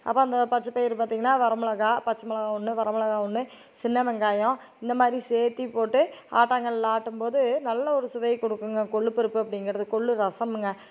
அப்போ அந்த பச்சை பயிறு பார்த்திங்கன்னா வரமிளகாய் பச்சை மிளகாய் ஒன்று வரமிளகா ஒன்று சின்ன வெங்காயம் இந்த மாதிரி சேத்து போட்டு ஆட்டாங்கலில் ஆட்டும்போது நல்ல ஒரு சுவையை கொடுக்குங்க கொள்ளு பருப்பு அப்படிங்கிறது கொள்ளு ரசமுங்க